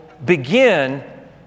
begin